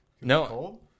no